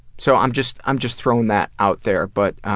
so i'm just i'm just throwing that out there, but